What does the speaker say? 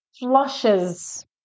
flushes